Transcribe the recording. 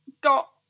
got